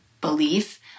belief